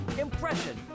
impression